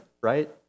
right